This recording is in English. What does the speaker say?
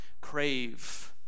crave